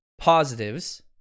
positives